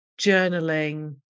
journaling